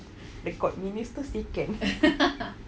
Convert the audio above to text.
the court minister say can